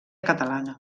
catalana